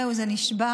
זהו, זה נשבר.